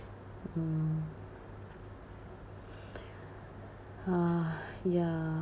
mm uh ya